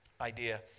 idea